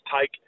take